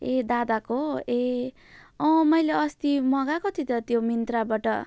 ए दादाको ए अँ मैले अस्ति मगाको थिएँ त त्यो मिन्त्राबाट